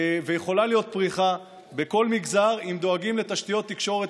ויכולה להיות פריחה בכל מגזר אם דואגים לתשתיות תקשורת